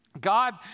God